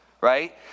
Right